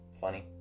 funny